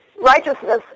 Righteousness